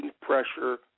pressure